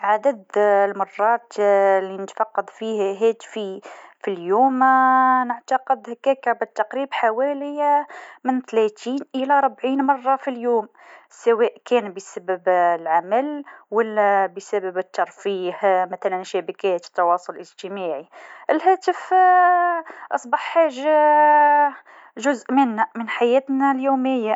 نجم نسبح ونركب الدراجة. تعلمت السباحة في عمر سبع سنوات، كانت سهلة بعد شوية تدريب. ركوب الدراجة تعلمته في عمر خمس سنوات، استغرق مني يومين فقط. هذوما حاجات ممتعة وتفيد في الصحة.